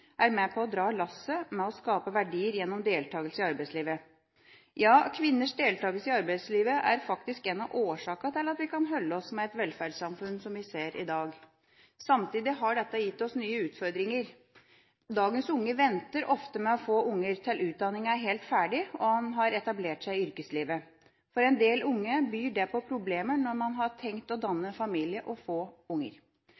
er med på å dra lasset med å skape verdier gjennom deltakelse i arbeidslivet. Ja, kvinners deltakelse i arbeidslivet er faktisk en av årsakene til at vi kan holde oss med et velferdssamfunn som det vi ser i dag. Samtidig har dette gitt oss nye utfordringer. Dagens unge venter ofte med å få unger til utdanningen er helt ferdig, og de har etablert seg i yrkeslivet. For en del unge byr dette på problemer når man har tenkt å